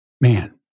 man